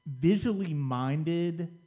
visually-minded